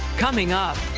coming up.